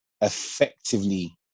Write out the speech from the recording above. effectively